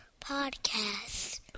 podcast